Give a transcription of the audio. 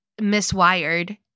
miswired